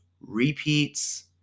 repeats